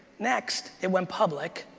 next, it went public.